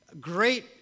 great